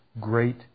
great